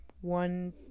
one